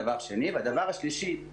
שאלה ראשונה: יש ארכה לעצמאים ל-15 לאפריל.